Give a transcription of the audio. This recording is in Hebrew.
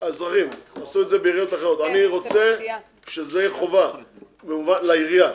אני רוצה שזו תהיה חובה לעירייה.